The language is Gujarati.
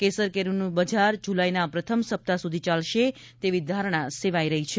કેસર કેરીનું બજાર જુલાઈના પ્રથમ સપ્તાહ સુધી ચાલશે તેવી ધારણા સેવાઈ રહી છે